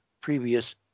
previous